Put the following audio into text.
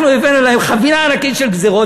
אנחנו הבאנו להם חבילה ענקית של גזירות,